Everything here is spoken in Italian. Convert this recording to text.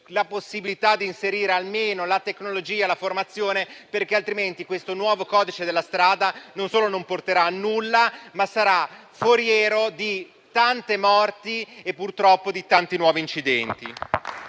la possibilità di inserire la tecnologia, la formazione. Altrimenti, questo nuovo codice della strada, non solo non porterà a nulla, ma sarà foriero di tanti incidenti e, purtroppo, di tante nuove morti.